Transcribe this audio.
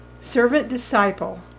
Servant-Disciple